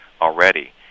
already